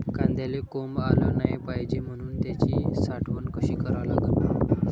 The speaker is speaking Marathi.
कांद्याले कोंब आलं नाई पायजे म्हनून त्याची साठवन कशी करा लागन?